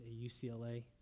UCLA